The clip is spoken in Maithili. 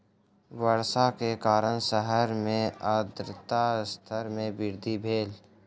वर्षा के कारण शहर मे आर्द्रता स्तर मे वृद्धि भेल